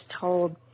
told